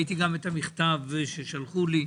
ראיתי גם את המכתב ששלחו לי.